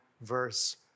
verse